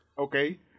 Okay